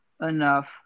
enough